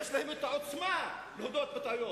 יש להם העוצמה להודות בטעויות,